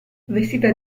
vestita